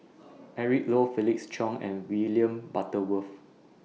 Eric Low Felix Cheong and William Butterworth